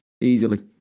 Easily